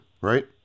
right